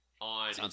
on